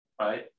Right